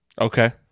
Okay